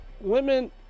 women